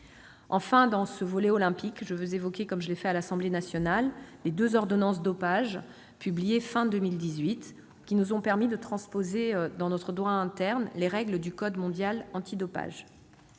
Enfin, dans ce volet olympique, je veux évoquer, comme je l'ai fait à l'Assemblée nationale, les deux ordonnances relatives au dopage publiées à la fin de l'année 2018, qui nous ont permis de transposer dans notre droit interne les règles du code mondial antidopage.